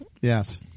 Yes